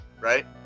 right